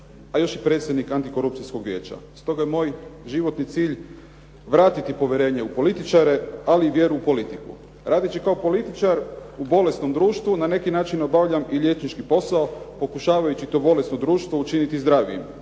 a još i predsjednik antikorupcijskog vijeća. Stoga je moj životni cilj vratiti povjerenje u političare ali i vjeru u politiku. Radeći kao političar u bolesnom društvu na neki način obavljam i liječnički posao pokušavajući to bolesno društvo učiniti zdravijim.